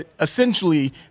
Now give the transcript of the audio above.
essentially